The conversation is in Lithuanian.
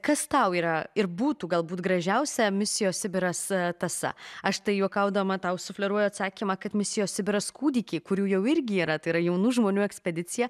kas tau yra ir būtų galbūt gražiausia misijos sibiras tąsa aš tai juokaudama tau sufleruoju atsakymą kad misijos sibiras kūdikiai kurių jau irgi yra tai yra jaunų žmonių ekspedicija